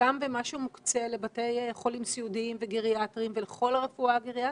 וגם במה שמוקצה לבתי חולים סיעודיים וגריאטריים ולכל הרפואה הגריאטרית.